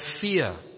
fear